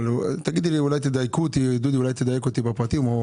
ואולי תדייקו אותי בפרטים,